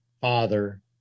father